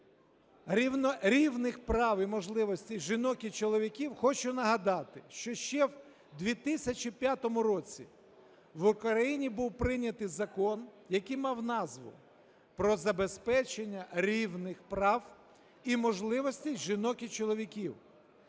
рівних прав і можливостей жінок і чоловіків, хочу нагадати, що ще в 2005 році в Україні був прийнятий Закон, який мав назву "Про забезпечення рівних прав і можливостей жінок і чоловіків".